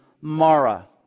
Mara